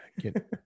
get